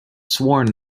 sworn